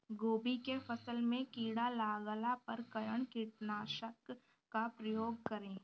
गोभी के फसल मे किड़ा लागला पर कउन कीटनाशक का प्रयोग करे?